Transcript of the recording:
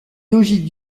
logis